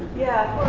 yeah.